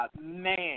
Man